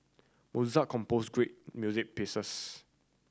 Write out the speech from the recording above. Mozart composed great music pieces